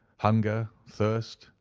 hunger, thirst,